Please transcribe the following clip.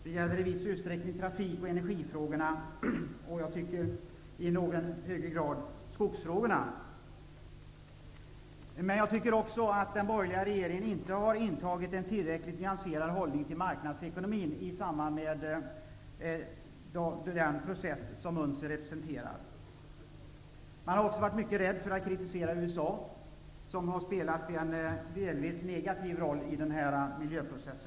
Det gäller också i viss utsträckning energi och trafikfrågorna och i någon högre grad skogsfrågorna. Jag tycker inte heller att den borgerliga regeringen har intagit en tillräckligt nyanserad hållning till marknadsekonomin i samband med den process som UNCED representerar. Regeringen har också varit mycket rädd för att kritisera USA, som delvis har spelat en negativ roll i denna miljöprocess.